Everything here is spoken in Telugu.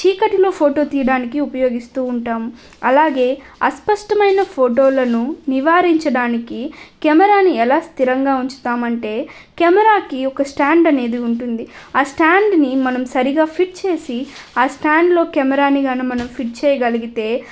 చీకటిలో ఫోటో తీయడానికి ఉపయోగిస్తు ఉంటాం అలాగే అస్పష్టమైన ఫోటోలను నివారించడానికి కెమెరాని ఎలా స్థిరంగా ఉంచుతాం అంటే కెమెరాకి ఒక స్టాండ్ అనేది ఉంటుంది ఆ స్టాండ్కి మనం సరిగా ఫిట్ చేసి ఆ స్టాండ్లో కెమెరాని కనుక మనం ఫిట్ చేయగలిగితే